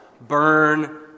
Burn